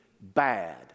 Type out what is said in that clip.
bad